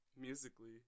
Musically